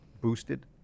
boosted